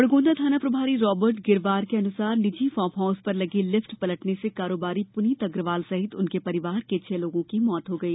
बड़गोंदा थाना प्रभारी राबर्ट गिरवार के अनुसार निजी फार्म हाउस पर लगी लिफ्ट पलटने से कारोबारी पुनीत अग्रवाल सहित उनके परिवार के छह लोगों की मृत्यु हो गई